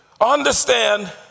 understand